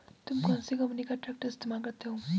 तुम कौनसी कंपनी का ट्रैक्टर इस्तेमाल करते हो?